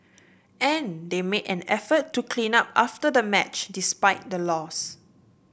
and they made an effort to clean up after the match despite the loss